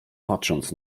patrząc